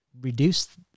reduce